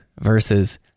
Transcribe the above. versus